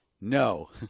No